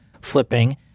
flipping